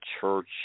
church